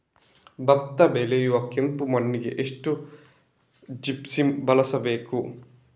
ಭತ್ತ ಬೆಳೆಯುವ ಕೆಂಪು ಮಣ್ಣಿಗೆ ಎಷ್ಟು ಜಿಪ್ಸಮ್ ಬಳಸಬೇಕು?